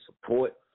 support